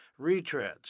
retreads